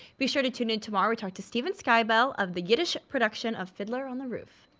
be sure to tune in tomorrow we talked to stephen skybell of the yiddish production of fiddler on the roof.